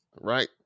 right